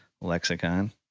lexicon